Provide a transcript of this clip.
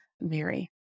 Mary